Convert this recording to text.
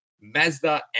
Mazda